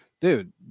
Dude